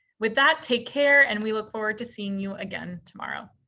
with that take care and we look forward to seeing you again tomorrow.